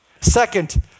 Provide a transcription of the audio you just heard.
Second